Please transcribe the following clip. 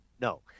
no